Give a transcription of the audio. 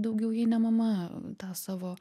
daugiau jei ne mama tą savo